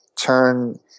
turn –